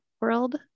world